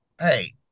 Hey